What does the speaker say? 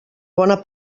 bona